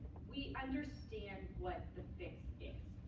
we understand what the fix is.